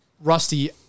Rusty